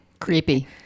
Creepy